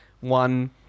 one